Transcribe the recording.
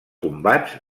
combats